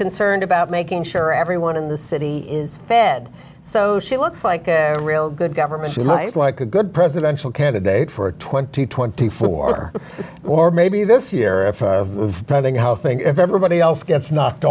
concerned about making sure everyone in the city is fed so she looks like a real good government she's nice like a good presidential candidate for twenty twenty four or maybe this year i think how think if everybody else gets knocked